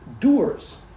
doers